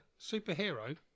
superhero